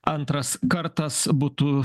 antras kartas būtų